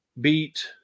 beat